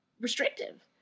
restrictive